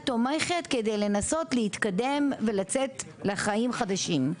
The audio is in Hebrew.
תומכת כדי לנסות להתקדם ולצאת לחיים חדשים.